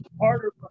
harder